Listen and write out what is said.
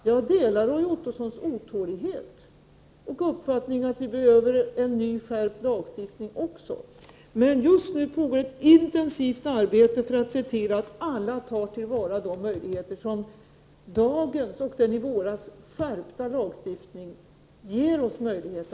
Jag delar Roy Ottossons otålighet och även hans uppfattning att vi behöver en ny, skärpt lagstiftning. Men just nu pågår, som sagt, ett intensivt arbete som syftar till att alla skall ta till vara de möjligheter som dagens lagstiftning och den i våras skärpta lagstiftningen ger.